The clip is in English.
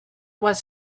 was